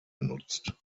benutzt